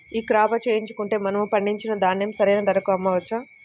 ఈ క్రాప చేయించుకుంటే మనము పండించిన ధాన్యం సరైన ధరకు అమ్మవచ్చా?